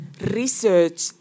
research